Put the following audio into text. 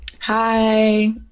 hi